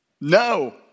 no